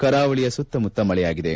ಕರಾವಳಿಯ ಸುತ್ತಮುತ್ತ ಮಳೆಯಾಗಿದೆ